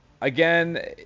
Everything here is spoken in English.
Again